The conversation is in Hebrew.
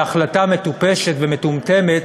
בהחלטה מטופשת ומטומטמת,